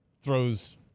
throws